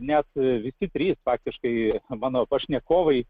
net visi trys faktiškai mano pašnekovai